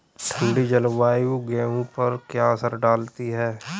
ठंडी जलवायु गेहूँ पर क्या असर डालती है?